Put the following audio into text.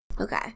okay